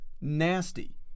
nasty